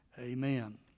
Amen